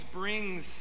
brings